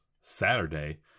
Saturday